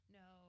no